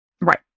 Right